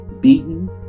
beaten